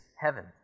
heaven